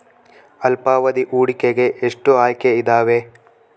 ಅಲ್ಪಾವಧಿ ಹೂಡಿಕೆಗೆ ಎಷ್ಟು ಆಯ್ಕೆ ಇದಾವೇ?